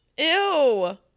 Ew